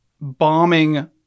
bombing